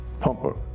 pumper